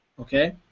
Okay